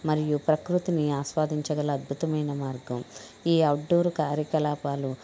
మరియు ప్రకృతిని ఆస్వాదించగల అద్భుతమైన మార్గం ఈ అవుట్ డోర్ కార్యకలాపాలు